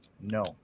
No